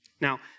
Now